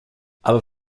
aber